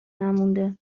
نمونده